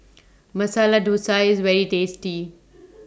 Masala Thosai IS very tasty